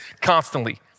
constantly